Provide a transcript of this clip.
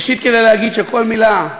ראשית, כדי להגיד שכל מילה,